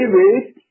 wait